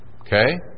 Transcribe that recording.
Okay